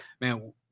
man